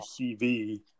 CV